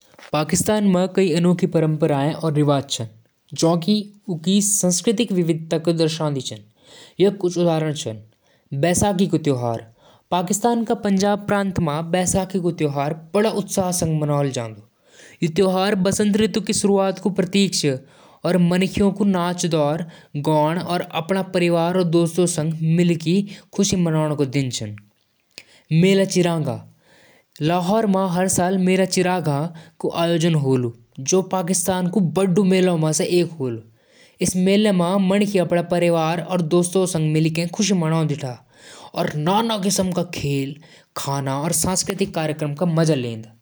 संयुक्त राज्य अमेरिका की संस्कृति विविधता स भरपूर छै। यो देश म अलग-अलग जाति, धर्म और भाषा बोलण वाला माणस रहदन। यहां क मुख्य चीज स्वतंत्रता और व्यक्तिगत आजादी छ। संगीत म जैज, हिप-हॉप और रॉक क जनम अमेरिका म होलु। यहां क खानपान म बर्गर, पिज्जा और फ्राइड चिकन प्रसिद्ध छन। खेल म बेसबॉल, बास्केटबॉल और फुटबॉल खूब देखणु जालु। अमेरिका क त्योहार, जैसे स्वतंत्रता दिवस चार जुलाई और थैंक्सगिविंग, हर माणस बड़े धूमधाम स मनांदन।